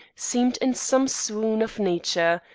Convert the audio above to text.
seemed in some swoon of nature,